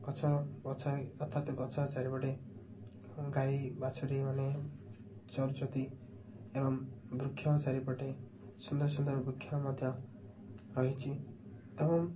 ଗଛ ଗଛ ଅର୍ଥାତ ଗଛ ଚାରିପଟେ ଗାଈ ବାଛୁରି ମାନେ ଚରୁଛନ୍ତି ଏବଂ ବୃକ୍ଷ ଚାରିପଟେ ସୁନ୍ଦର ସୁନ୍ଦର ବୃକ୍ଷ ମଧ୍ୟ ରହିଛି ଏବଂ